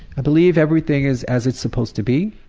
i believe everything is as it's supposed to be,